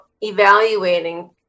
evaluating